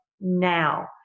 now